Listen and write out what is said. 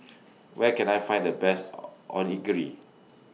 Where Can I Find The Best Onigiri